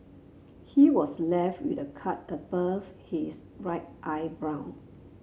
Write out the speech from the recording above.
he was left with a cut above his right eyebrow